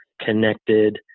connected